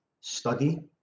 study